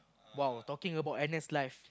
!wow! talking about N_S life